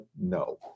no